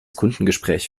kundengespräch